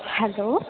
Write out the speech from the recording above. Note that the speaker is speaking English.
hello